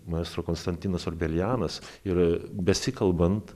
maestro konstantinas orbelianas ir besikalbant